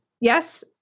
yes